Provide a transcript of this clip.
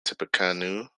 tippecanoe